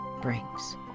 brings